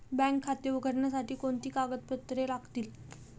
Bank खाते उघडण्यासाठी कोणती कागदपत्रे लागतील?